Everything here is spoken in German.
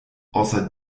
außer